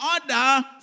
order